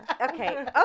okay